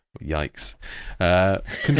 yikes